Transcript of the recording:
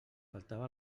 faltava